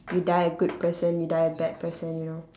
you die a good person you die a bad person you know